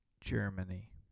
Germany